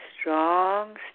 Strong